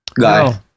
guy